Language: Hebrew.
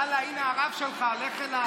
יאללה, הינה הרב שלך, לך אליו.